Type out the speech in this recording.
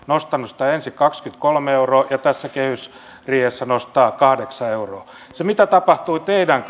nostanut ensin kaksikymmentäkolme euroa ja tässä kehysriihessä nostaa kahdeksan euroa mitä tapahtui teidän